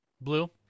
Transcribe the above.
Blue